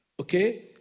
okay